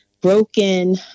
broken